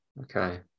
okay